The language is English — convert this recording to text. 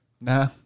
nah